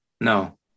No